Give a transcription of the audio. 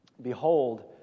Behold